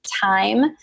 time